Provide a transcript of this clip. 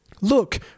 Look